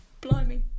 blimey